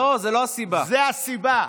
זו הסיבה.